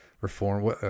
reform